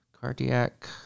Cardiac